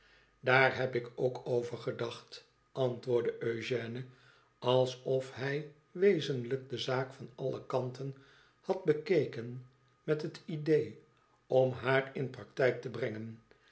daar heb ik ook over gedacht antwoordde eugène alsof hij wezenlijk de zaak van alle kanten had bekeken met het idéé om haar in practijk te brengen